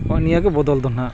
ᱱᱚᱜᱼᱚᱭ ᱱᱤᱭᱟᱹ ᱜᱮ ᱵᱚᱫᱚᱞ ᱫᱚ ᱱᱟᱜ